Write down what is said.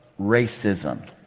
racism